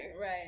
Right